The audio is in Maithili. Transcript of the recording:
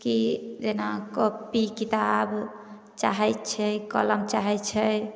की जेना कॉपी किताब चाहय छै कलम चाहय छै